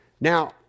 Now